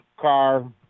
car